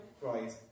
Right